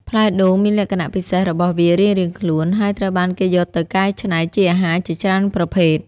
ផ្លែដូងមានលក្ខណៈពិសេសរបស់វារៀងៗខ្លួន ហើយត្រូវបានគេយកទៅកែច្នៃជាអាហារជាច្រើនប្រភេទ។